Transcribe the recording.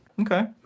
okay